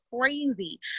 crazy